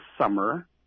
summer